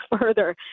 further